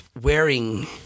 wearing